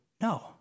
no